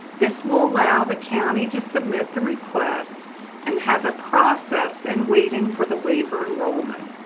this will allow the county to submit the request and have it processed and waiting for the waiver enrollment.